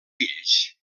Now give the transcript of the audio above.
fills